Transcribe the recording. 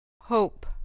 Hope